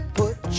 put